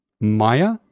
Maya